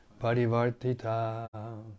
Parivartita